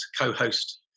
co-host